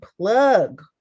plug